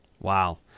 Wow